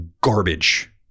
garbage